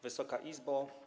Wysoka Izbo!